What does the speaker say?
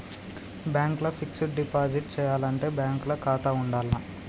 Bank ల fixed deposit చేయాలంటే bank ల ఖాతా ఉండాల్నా?